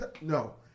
no